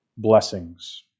blessings